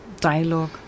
dialogue